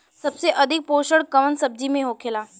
सबसे अधिक पोषण कवन सब्जी में होखेला?